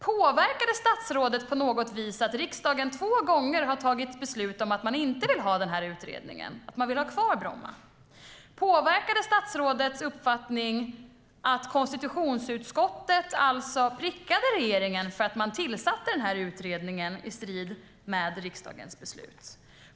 Påverkar det statsrådet på något vis att riksdagen har tagit beslut två gånger om att man inte vill ha utredningen, att man vill ha kvar Bromma? Påverkar det statsrådets uppfattning att konstitutionsutskottet prickade regeringen för att utredningen tillsattes i strid med riksdagens beslut?